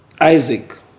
Isaac